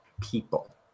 people